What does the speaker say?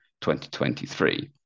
2023